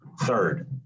third